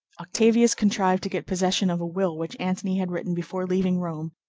octavius contrived to get possession of a will which antony had written before leaving rome,